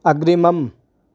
अग्रिमम्